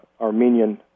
Armenian